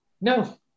No